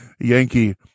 yankee